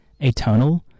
atonal